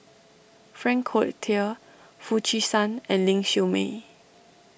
Frank Cloutier Foo Chee San and Ling Siew May